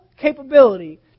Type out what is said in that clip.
capability